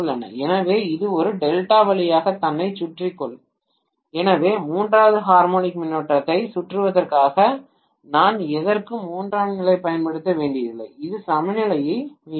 எனவே இது ஒரு டெல்டா வழியாக தன்னைச் சுற்றிக் கொள்ள முடியும் எனவே மூன்றாவது ஹார்மோனிக் மின்னோட்டத்தை சுற்றுவதற்காக நான் எதற்கும் மூன்றாம் நிலையைப் பயன்படுத்த வேண்டியதில்லை இது சமநிலையை மீட்டெடுக்கும்